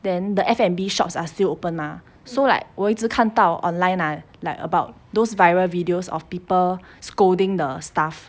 then the F&B shops are still open mah so like 我一直看到 online ah like about those viral videos of people scolding the staff